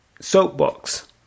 soapbox